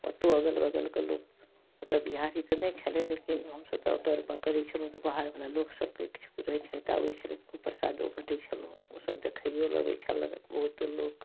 ओतौ अगल बगलके लोक ओतऽ बिहारी तऽ नहि छलै लेकिन हमसब तऽ ओतऽ करै छलहुॅं तऽ बाहरवला लोकसबके इक्षुक रहै छलै तऽ आबै छलै खूब प्रसादो बँटै छलहुॅं हँ ओसब देखैओ लए अबै छलए बहुत्ते लोक